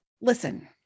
listen